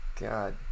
God